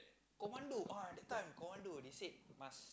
commando ah that time commando they said must